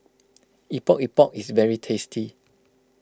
Epok Epok is very tasty